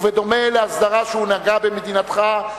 ובדומה להסדרה שהונהגה במדינתך,